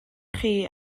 chi